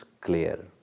clear